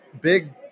big